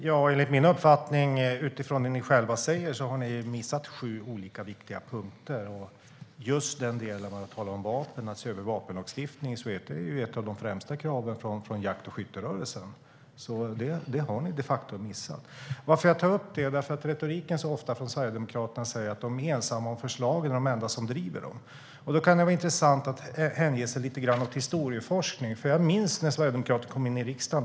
Fru talman! Utifrån det ni i Sverigedemokraterna själva säger har ni missat sju viktiga punkter. Att se över vapenlagstiftningen är ju ett av de främsta kraven från jakt och skytterörelsen. Det har ni de facto missat. Retoriken från Sverigedemokraterna säger ofta att de är ensamma om förslagen och de enda som driver dem. Då kan det vara intressant att hänge sig åt lite historieforskning. Jag minns när Sverigedemokraterna kom in i riksdagen.